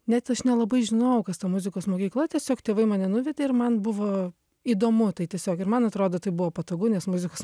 net aš nelabai žinojau kas ta muzikos mokykla tiesiog tėvai mane nuvedė ir man buvo įdomu tai tiesiog ir man atrodo tai buvo patogu nes muzikos